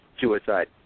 suicide